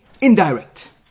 indirect